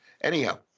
Anyhow